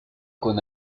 con